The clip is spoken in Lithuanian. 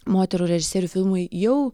moterų režisierių filmai jau